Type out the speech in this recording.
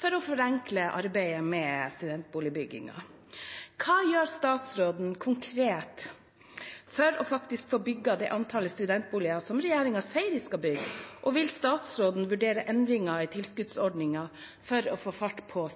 for å forenkle arbeidet med studentboligbygging. Hva gjør statsråden konkret for å faktisk få bygget det antallet studentboliger som regjeringen sier de skal bygge, og vil statsråden vurdere endringer i tilskuddsordningen for å få fart på